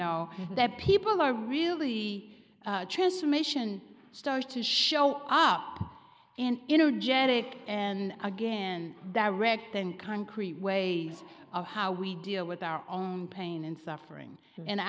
know that people are really transmission starts to show up and you know jerrick and again direct and concrete ways of how we deal with our own pain and suffering and